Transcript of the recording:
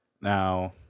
Now